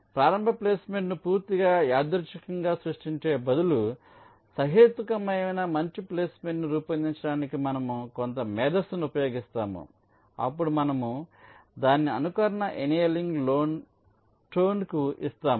కాబట్టి ప్రారంభ ప్లేస్మెంట్ను పూర్తిగా యాదృచ్ఛికంగా సృష్టించే బదులు సహేతుకమైన మంచి ప్లేస్మెంట్ను రూపొందించడానికి మనము కొంత మేధస్సును ఉపయోగిస్తాము అప్పుడు మనము దానిని అనుకరణ ఎనియలింగ్ టోన్కు ఇస్తాము